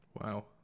Wow